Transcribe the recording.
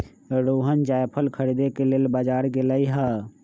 रोहण जाएफल खरीदे के लेल बजार गेलई ह